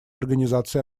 организации